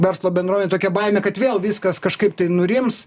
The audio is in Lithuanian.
verslo bendruomenei tokia baimė kad vėl viskas kažkaip tai nurims